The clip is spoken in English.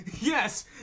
Yes